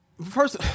First